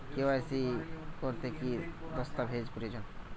KYC করতে কি দস্তাবেজ প্রয়োজন?